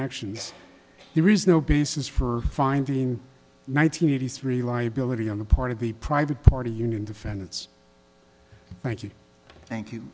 action here is no basis for finding nine hundred eighty three liability on the part of the private party union defendants thank you thank you